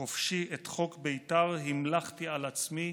/ חופשי, את חוק ביתר המלכתי על עצמי,